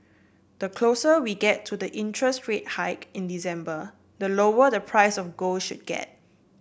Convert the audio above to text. the closer we get to the interest rate hike in December the lower the price of gold should get